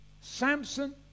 Samson